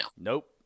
Nope